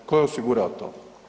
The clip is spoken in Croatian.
Tko je osigurao to?